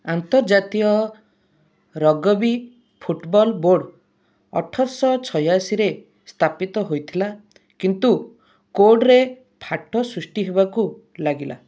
ଆନ୍ତର୍ଜାତୀୟ rugby football board ଅଠରଶହ ଛୟାଅଶୀରେ ସ୍ଥାପିତ ହୋଇଥିଲା କିନ୍ତୁ କୋଡ଼୍ରେ ଫାଟ ସୃଷ୍ଟି ହେବାକୁ ଲାଗିଲା